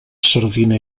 sardina